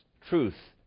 truth